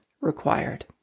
required